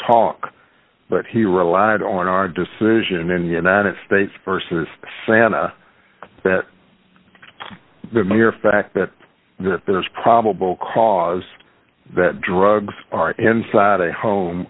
alk but he relied on our decision in united states versus santa that the mere fact that there is probable cause that drugs are inside a home